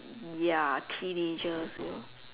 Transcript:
ya teenagers you know